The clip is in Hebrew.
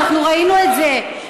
אנחנו ראינו את זה.